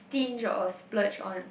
stinge or splurge on